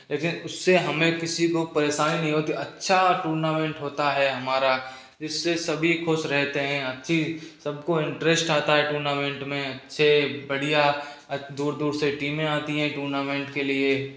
लेकिन उससे हमें किसी को परेशानी नहीं होती अच्छा टूर्नामेंट होता है हमारा जिससे सभी खुश रहते हैं अच्छी सबको इंटरेस्ट आता है टूर्नामेंट में अच्छे बढ़िया दूर दूर से टीमें आती हैं टूर्नामेंट के लिए